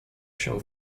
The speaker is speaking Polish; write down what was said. się